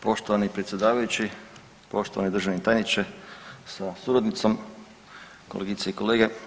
Poštovani predsjedavajući, poštovani državni tajniče sa suradnicom, kolegice i kolege.